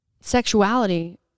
sexuality